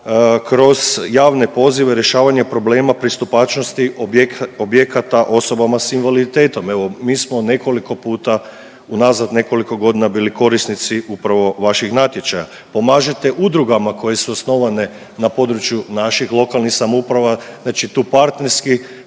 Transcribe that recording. kroz javne pozive, rješavanje problema pristupačnosti objekata osobama s invaliditetom. Evo mi smo nekoliko puta unazad nekoliko godina bilo korisnici upravo vaših natječaja. Pomažete udrugama koje su osnovane na području naših lokalnih samouprava, znači tu partnerski